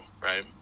right